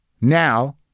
now